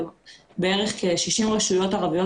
בערך כ-60 רשויות ערביות